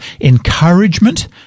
encouragement